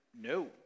No